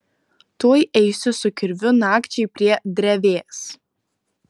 tuoj eisiu su kirviu nakčiai prie drevės